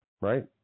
right